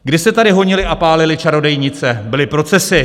Kdy se tady honily a pálily čarodějnice, byly procesy.